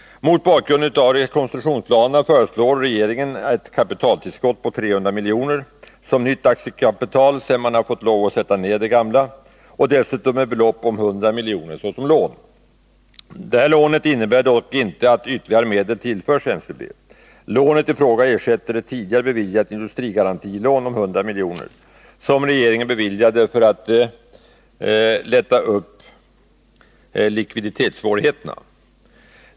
Mot bakgrund av rekonstruktionsplanerna föreslår regeringen ett kapitaltillskott på 300 milj.kr. som nytt aktiekapital, sedan man fått lov att reducera det tidigare, och dessutom ett belopp på 100 milj.kr. som lån. Detta lån innebär dock inte att ytterligare medel tillförs NCB. Lånet i fråga ersätter ett tidigare beviljat industrigarantilån på 100 milj.kr., som regeringen beviljade NCB för att lätta upp likviditetssvårigheterna.